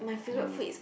you